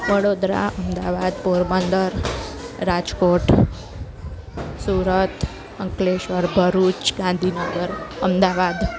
Vadodara Ahmedabad Porbandar Rajkot Surat Ankleshwar Bharuch Gandhinagar Ahmedabad